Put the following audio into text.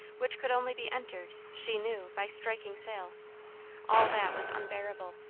which could only be entered, she knew, by striking sail all that was unbearable.